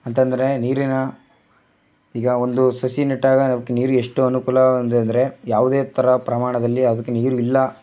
ಅಂತ ಅಂದ್ರೆ ನೀರಿನ ಈಗ ಒಂದು ಸಸಿ ನೆಟ್ಟಾಗ ಅದಕ್ಕೆ ನೀರು ಎಷ್ಟು ಅನುಕೂಲ ಅಂತ ಅಂದ್ರೆ ಯಾವುದೇ ಥರ ಪ್ರಮಾಣದಲ್ಲಿ ಅದಕ್ಕೆ ನೀರು ಇಲ್ಲ